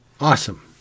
Awesome